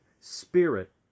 spirit